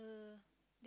the